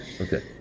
Okay